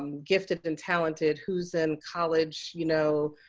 um gifted and talented, who's in college, you know,